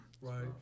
right